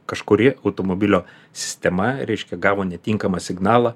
kažkuri automobilio sistema reiškia gavo netinkamą signalą